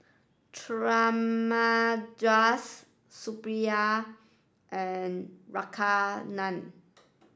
Thamizhavel Suppiah and Radhakrishnan